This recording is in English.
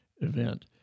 event